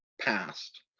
past